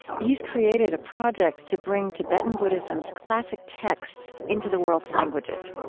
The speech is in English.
he's created a project to bring tibetan buddhism's classic texts into the world's languages.